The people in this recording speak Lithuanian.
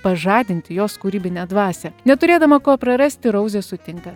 pažadinti jos kūrybinę dvasią neturėdama ko prarasti rouzė sutinka